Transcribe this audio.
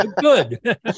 Good